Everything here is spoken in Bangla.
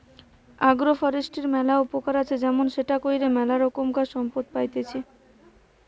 আগ্রো ফরেষ্ট্রীর ম্যালা উপকার আছে যেমন সেটা কইরে ম্যালা রোকমকার সম্পদ পাইতেছি